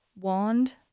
wand